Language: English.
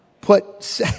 Put